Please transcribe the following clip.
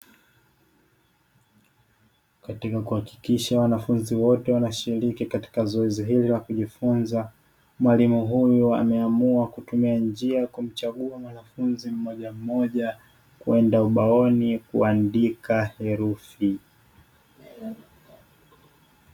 Katika kuhakikisha wanafunzi wote wanashiriki katika zoezi hili la kujifunza, mwalimu huyu ameauma kutumia njia ya kumchagua mwanafunzi mmojammoja kwenda ubaoni kuandika herufi.